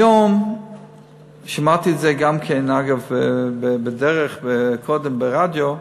היום שמעתי את זה גם, אגב, בדרך, קודם, ברדיו.